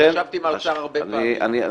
אני ישבתי עם האוצר הרבה פעמים,